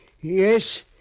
Yes